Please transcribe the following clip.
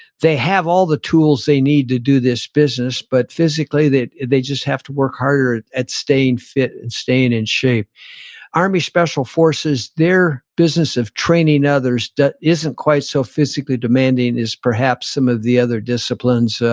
they have all the tools they need to do this business, but physically that they just have to work harder at staying fit and staying in shape army special forces, their business of training others that isn't quite so physically demanding is perhaps some of the other disciplines,